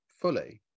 fully